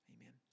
amen